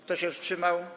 Kto się wstrzymał?